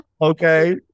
Okay